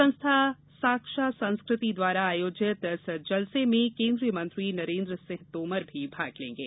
संस्था साझा संस्कृति द्वारा आयोजित इस जलसे में केन्द्रीय मंत्री नरेन्द्र सिंह तोमर भी भाग लेंगे